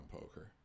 poker